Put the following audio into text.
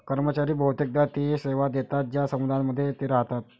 कर्मचारी बहुतेकदा ते सेवा देतात ज्या समुदायांमध्ये ते राहतात